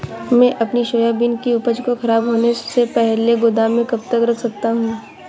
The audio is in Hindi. मैं अपनी सोयाबीन की उपज को ख़राब होने से पहले गोदाम में कब तक रख सकता हूँ?